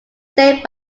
saved